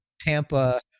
Tampa